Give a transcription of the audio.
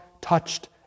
touched